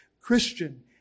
Christian